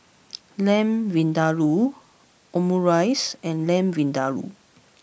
Lamb Vindaloo Omurice and Lamb Vindaloo